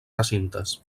recintes